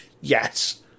yes